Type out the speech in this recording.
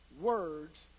words